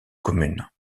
communes